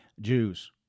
Jews